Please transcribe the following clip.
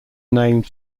named